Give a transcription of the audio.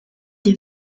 des